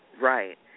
right